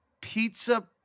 pizza